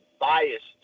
biased